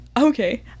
okay